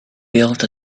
built